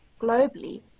globally